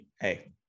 hey